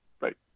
Right